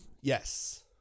Yes